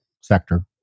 sector